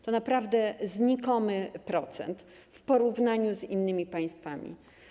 To naprawdę znikomy procent w porównaniu z innymi państwami.